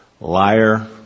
liar